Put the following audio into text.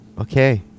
Okay